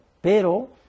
pero